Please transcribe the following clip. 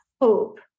hope